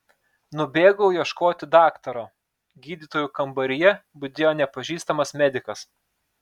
nubėgau ieškoti daktaro gydytojų kambaryje budėjo nepažįstamas medikas